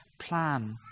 plan